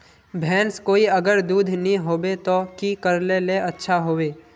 भैंस कोई अगर दूध नि होबे तो की करले ले अच्छा होवे?